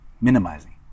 minimizing